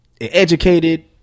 Educated